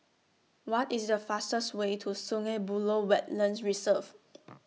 What IS The fastest Way to Sungei Buloh Wetland Reserve